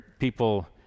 People